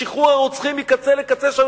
לשחרור הרוצחים מקצה לקצה שם,